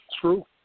True